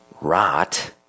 rot